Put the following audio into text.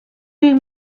you